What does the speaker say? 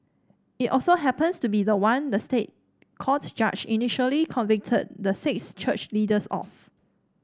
it also happens to be the one the State Court judge initially convicted the six church leaders of